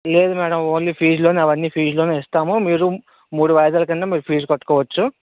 లేదు madam only ఫీస్లోనే అవన్నీ ఫీస్లోనే ఇస్తాము మీరు ముడు వాయిదాలు కింద మీరు ఫీస్ కట్టుకోవచ్చు